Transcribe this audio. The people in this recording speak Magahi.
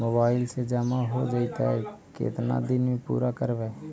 मोबाईल से जामा हो जैतय, केतना दिन में पुरा करबैय?